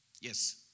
Yes